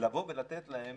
לבוא ולתת להם